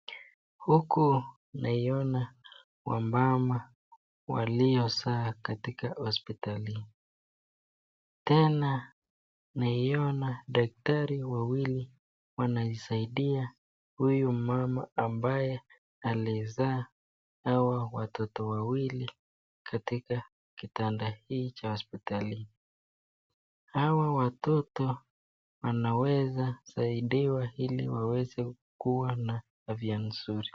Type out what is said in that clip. Huku naiona wamama waliozaa katika hospitali tena naiona daktari wawili wanaisaidia huyu mama ambaye alizaa hawa watoto wawili katika kitanda hiki cha hospitalini, hawa watoto wanaweza kusaidiwa ili waweze kuwa na afya nzuri.